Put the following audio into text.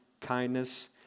kindness